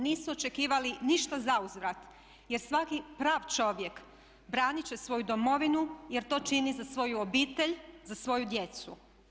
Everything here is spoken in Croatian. Nisu očekivali ništa zauzvrat jer svaki pravi čovjek braniti će svoju domovinu jer to čini za svoju obitelj, za svoju djecu.